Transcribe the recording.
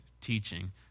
teaching